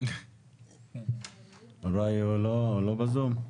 הוא לא בזום.